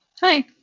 Hi